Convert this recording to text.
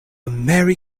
merry